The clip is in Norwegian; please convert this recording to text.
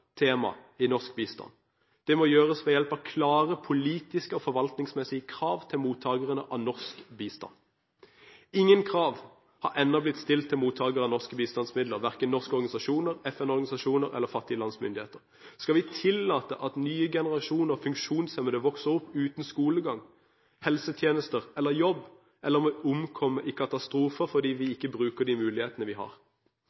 tema i norsk bistand. Det må gjøres ved hjelp av klare politiske og forvaltningsmessige krav til mottakere av norsk bistand. Ingen krav har ennå blitt stilt til mottakere av norske bistandsmidler – verken norske organisasjoner, FN-institusjoner eller fattige lands myndigheter. Skal vi tillate at nye generasjoner funksjonshemmede vokser opp uten skolegang, helsetjenester eller jobb, eller de omkommer i katastrofer fordi vi